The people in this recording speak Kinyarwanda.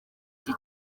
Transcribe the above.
iki